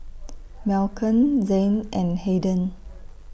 Malcom Zayne and Hayden